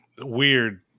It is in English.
weird